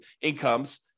incomes